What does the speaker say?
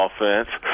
offense